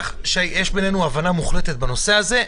הבנה מוחלטת בנושא הזה,